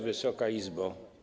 Wysoka Izbo!